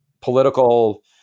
political